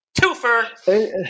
twofer